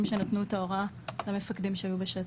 שנתנו את ההוראה למפקדים שהיו בשטח.